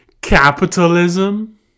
capitalism